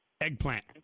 Eggplant